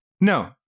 No